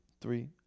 three